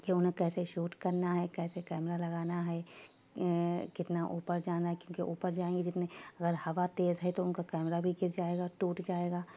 کہ انہیں کیسے شوٹ کرنا ہے کیسے کیمرا لگانا ہے کتنا اوپر جانا ہے کیوں کہ اوپر جائیں گے جتنے اگر ہوا تیز ہے تو ان کا کیمرا بھی گر جائے گا ٹوٹ جائے گا